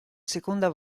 seconda